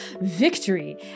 victory